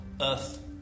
Earth